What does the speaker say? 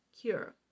Cure